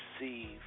receive